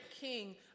king